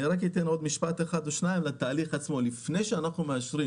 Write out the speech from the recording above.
אני אגיד עוד משפט אחד או שניים על התהליך עצמו: לפני שאנחנו מאשרים